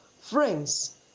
Friends